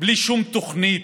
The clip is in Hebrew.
בלי שום תוכנית,